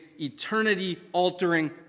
eternity-altering